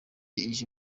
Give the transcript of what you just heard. ije